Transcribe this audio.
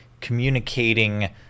communicating